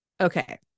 Okay